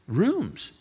rooms